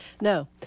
No